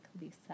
Lisa –